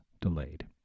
delayed